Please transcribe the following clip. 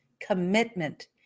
commitment